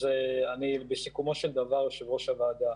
אז בסיכומו של דבר, יושב-ראש הוועדה,